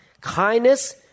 kindness